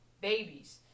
babies